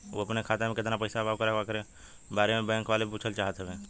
उ अपने खाते में कितना पैसा बा ओकरा बारे में बैंक वालें से पुछल चाहत हवे?